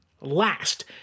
last